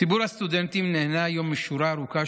ציבור הסטודנטים נהנה היום משורה ארוכה